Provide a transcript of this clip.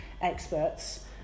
experts